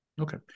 okay